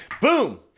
Boom